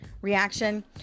reaction